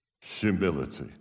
humility